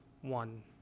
one